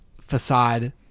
facade